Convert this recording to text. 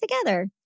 together